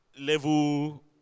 Level